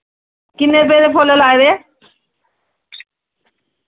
किन्ने रपेऽ दे फुल्ल लाए दे